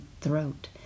throat